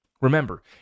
Remember